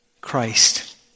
Christ